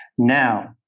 Now